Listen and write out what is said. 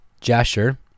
Jasher